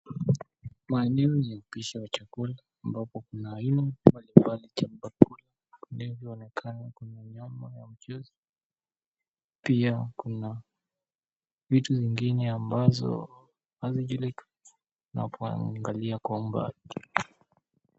Maeneo ya upishi ya chakula ambapo kuna aina mbalimbali cha vyakula. Ndiyo inavyoonekana kuna nyama ya mchuzi. Pia kuna vitu vingine ambazo hazijulikani tunapoangalia kwa umbali.